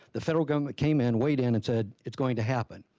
the federal government came in, weighed in and said it's going to happen.